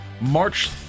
march